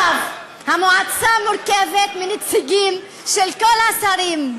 המועצה מורכבת מנציגים של כל השרים,